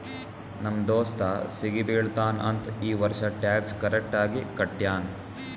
ನಮ್ ದೋಸ್ತ ಸಿಗಿ ಬೀಳ್ತಾನ್ ಅಂತ್ ಈ ವರ್ಷ ಟ್ಯಾಕ್ಸ್ ಕರೆಕ್ಟ್ ಆಗಿ ಕಟ್ಯಾನ್